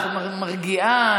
מרגיעה,